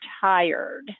tired